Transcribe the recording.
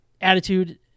attitude